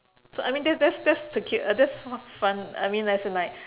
so I mean that's that's that's uh that's more fun I mean as in like